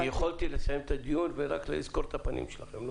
יכולת לסיים את הדיון ורק לזכור את הפנים שלכם.